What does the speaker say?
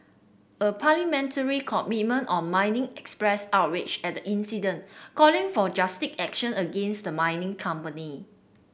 a parliamentary committee on mining expressed outrage at the incident calling for drastic action against the mining company